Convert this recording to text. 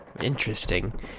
Interesting